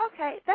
Okay